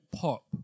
pop